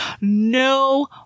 no